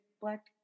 black